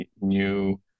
new